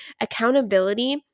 accountability